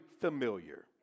familiar